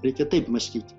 reikia taip mąstyt